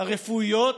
הרפואיות